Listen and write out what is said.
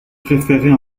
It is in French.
préférerais